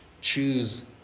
choose